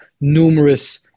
numerous